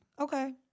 Okay